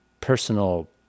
personal